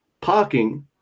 parking